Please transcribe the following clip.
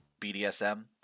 BDSM